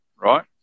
right